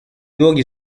luoghi